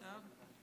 לפרגן?